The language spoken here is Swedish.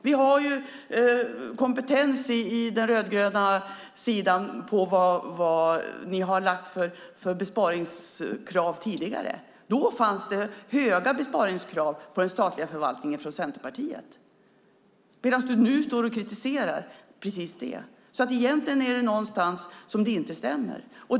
Vi har på den rödgröna sidan kompetens om vad ni har lagt för besparingskrav tidigare. Då fanns det från Centerpartiet höga besparingskrav för den statliga förvaltningen, medan du nu står och kritiserar precis detta. Det är alltså någonstans det inte stämmer.